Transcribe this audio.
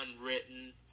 unwritten